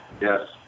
Yes